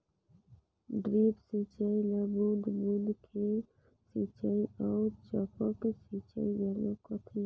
drip सिंचई ल बूंद बूंद के सिंचई आऊ टपक सिंचई घलो कहथे